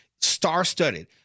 Star-studded